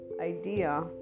idea